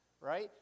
right